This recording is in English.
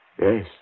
Yes